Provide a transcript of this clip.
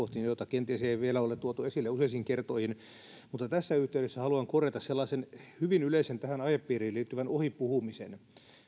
sellaisiin näkökohtiin joita kenties ei vielä ole tuotu esille useisiin kertoihin mutta tässä yhteydessä haluan korjata sellaisen hyvin yleisen tähän aihepiiriin liittyvän ohipuhumisen